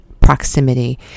proximity